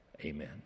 Amen